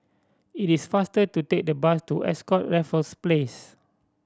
it is faster to take the bus to Ascott Raffles Place